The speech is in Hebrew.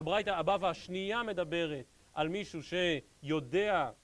הברית הבאה והשנייה מדברת על מישהו שיודע